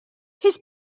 his